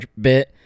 bit